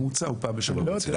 ממוצע הוא פעם בשבוע וחצי.